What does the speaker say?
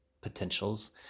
potentials